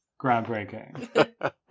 groundbreaking